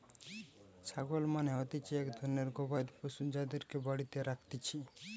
ছাগল মানে হতিছে এক ধরণের গবাদি পশু যাদেরকে বাড়িতে রাখতিছে